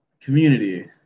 community